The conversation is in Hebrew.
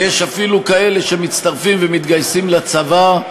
ויש אפילו כאלה שמצטרפים ומתגייסים לצבא,